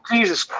Jesus